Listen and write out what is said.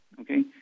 Okay